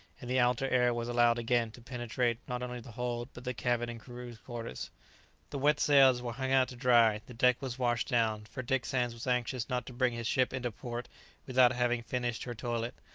and the outer air was allowed again to penetrate not only the hold, but the cabin and crew's quarters the wet sails were hung out to dry, the deck was washed down, for dick sands was anxious not to bring his ship into port without having finished her toilet,